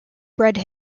bred